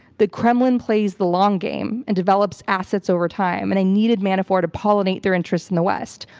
the kremlin plays the long game and develops assets over time, and they needed manafort to pollinate their interests in the west,